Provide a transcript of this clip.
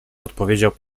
odpowiedział